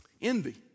envy